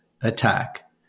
attack